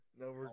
No